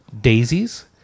daisies